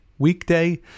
weekday